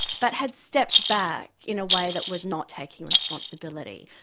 but had stepped back in a way that was not taking responsibility.